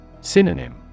Synonym